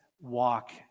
walk